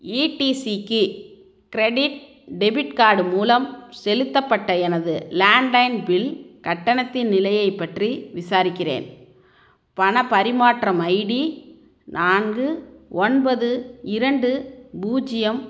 ஈ D C க்கு credit debit card மூலம் செலுத்தப்பட்ட எனது லேண்ட்லைன் பில் கட்டணத்தின் நிலையைப் பற்றி விசாரிக்கிறேன் பணப் பரிமாற்றம் ஐடி நான்கு ஒன்பது இரண்டு பூஜ்ஜியம்